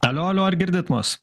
alio alio ar girdit mus